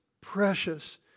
precious